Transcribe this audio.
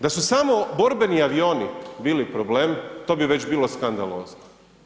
Da su samo borbeni avioni bili problem, to bi već bilo skandalozno.